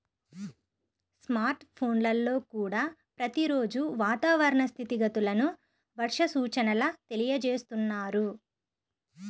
smart ఫోన్లల్లో కూడా ప్రతి రోజూ వాతావరణ స్థితిగతులను, వర్ష సూచనల తెలియజేస్తున్నారు